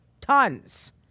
tons